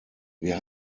wir